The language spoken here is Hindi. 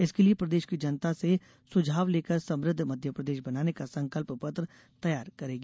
इसके लिये प्रदेश की जनता से सुझाव लेकर समृद्ध मध्यप्रदेश बनाने का संकल्प पत्र तैयार करेगी